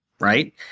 right